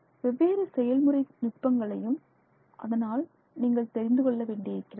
வெவ்வேறு செயல்முறை நுட்பங்களையும் அதனால் நீங்கள் தெரிந்து கொள்ள வேண்டி இருக்கிறது